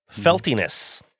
Feltiness